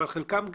אבל חלקם כן.